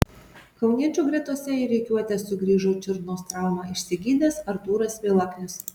kauniečių gretose į rikiuotę sugrįžo čiurnos traumą išsigydęs artūras milaknis